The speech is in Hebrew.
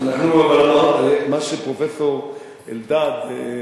מה שפרופסור אלדד,